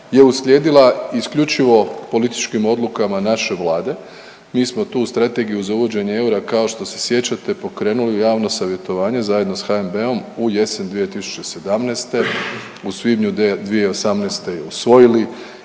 je uslijedila isključivo političkim odlukama naše vlade. Mi smo tu strategiju za uvođenje eura kao što se sjećate pokrenuli javno savjetovanje zajedno s HNB-om u jesen 2017., u svibnju 2018. usvojili,